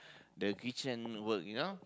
the kitchen work you know